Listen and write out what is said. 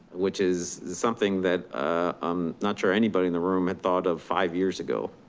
which is something that i'm not sure anybody in the room had thought of five years ago,